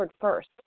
first